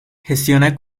gestiona